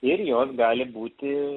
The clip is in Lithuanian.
ir jos gali būti